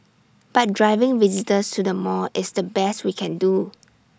but driving visitors to the mall is the best we can do